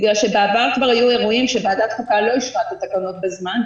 בגלל שבעבר כבר היו אירועים שוועדת חוקה לא אישרה את התקנות בזמן,